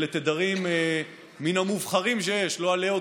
ואלה תדרים מן המובחרים שיש.